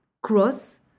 Cross